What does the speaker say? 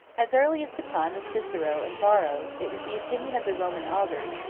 as early as the time of cicero and varro, it was the opinion of the roman augurs,